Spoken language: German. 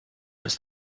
ist